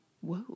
Whoa